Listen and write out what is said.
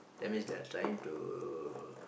that's means they are trying to